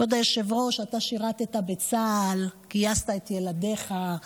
כבוד היושב-ראש, אתה שירת בצה"ל, גייסת את ילדיך,